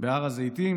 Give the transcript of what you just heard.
בהר הזיתים,